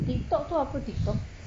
tiktok tu apa tiktok